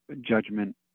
judgment